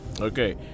Okay